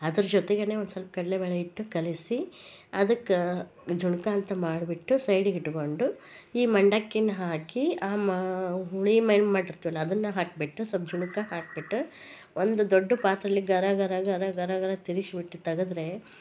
ಅದ್ರ ಜೊತೆಗೇನೆ ಒಂದು ಸ್ವಲ್ಪ ಕಡಲೇಬೇಳೆ ಹಿಟ್ಟು ಕಲಸಿ ಅದ್ಕ ಜುಣ್ಕಾ ಅಂತ ಮಾಡ್ಬಿಟ್ಟು ಸೈಡಿಗ ಇಟ್ಟುಕೊಂಡು ಈ ಮಂಡಕ್ಕೀನ ಹಾಕಿ ಆ ಹುಳಿ ಮಾಡಿಟ್ಟಿರ್ತೀವಲ್ಲ ಅದ್ನ ಹಾಕ್ಬಿಟ್ಟು ಸ್ವಲ್ಪ ಜುಣ್ಕ ಹಾಕ್ಬಿಟ್ಟು ಒಂದು ದೊಡ್ಡ ಪಾತ್ರೇಲಿ ಗರ ಗರ ಗರ ಗರ ಗರ ತಿರುಗ್ಶಿಬಿಟ್ಟು ತಗ್ದ್ರೆ